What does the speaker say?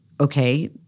okay